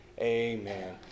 Amen